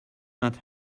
not